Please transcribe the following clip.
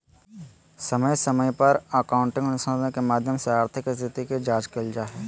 समय समय पर अकाउन्टिंग अनुसंधान के माध्यम से आर्थिक स्थिति के जांच कईल जा हइ